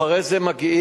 אחרי זה מגיעים,